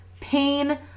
pain